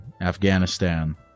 Afghanistan